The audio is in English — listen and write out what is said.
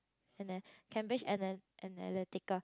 ana~ Cambridge ana~ ana~ Analytical